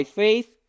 faith